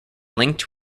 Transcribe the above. linked